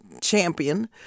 champion